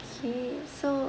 okay so